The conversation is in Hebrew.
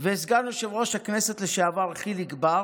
וסגן יושב-ראש הכנסת לשעבר חיליק בר,